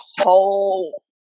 whole